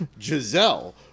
Giselle